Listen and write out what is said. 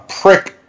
prick